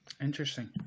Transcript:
Interesting